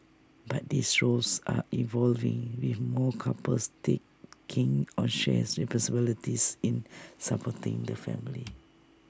but these roles are evolving with more couples taking on shared responsibilities in supporting the family